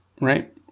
Right